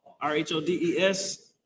r-h-o-d-e-s